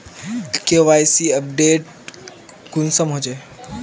KYC update कुंसम होचे?